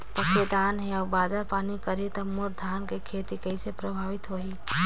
पके धान हे अउ बादर पानी करही त मोर धान के खेती कइसे प्रभावित होही?